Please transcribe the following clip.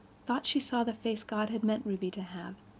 thought she saw the face god had meant ruby to have,